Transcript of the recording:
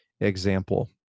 example